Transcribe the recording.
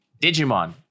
Digimon